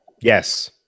Yes